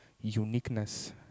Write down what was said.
uniqueness